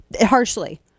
harshly